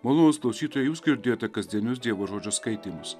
malonūs klausytojai jūs girdėjote kasdienius dievo žodžio skaitymus